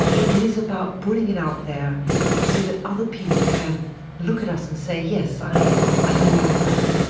it is about putting it out there so that other people can look at us and say, yes, i i know you are hurt.